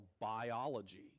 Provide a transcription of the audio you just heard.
biology